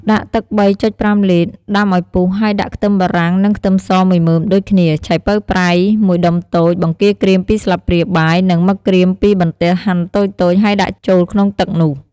ដាក់ទឹក៣.៥លីត្រ ដាំឱ្យពុះហើយដាក់ខ្ទឹមបារាំង និងខ្ទឹមសមួយមើមដូចគ្នា ឆៃពៅប្រៃមួយដុំតូច បង្គាក្រៀម២ស្លាបព្រាបាយ និងមឹកក្រៀម២បន្ទះហាន់តូចៗ ហើយដាក់ចូលក្នុងទឹកនោះ។